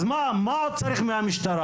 אז מה עוד צריך מהמשטרה?